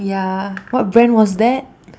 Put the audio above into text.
ya what brand was that